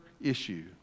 issue